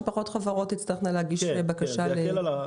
פחות חברות תצטרכנה להגיש בקשה למיזוג.